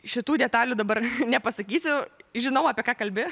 šitų detalių dabar nepasakysiu žinau apie ką kalbi